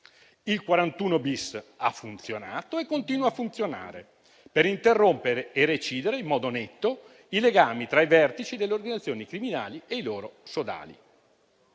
Il 41-*bis* ha funzionato e continua a funzionare, per interrompere e recidere in modo netto i legami tra i vertici delle organizzazioni criminali e i loro sodali.